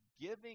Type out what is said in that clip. giving